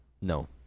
No